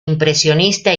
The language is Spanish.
impresionista